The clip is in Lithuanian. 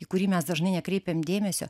į kurį mes dažnai nekreipiam dėmesio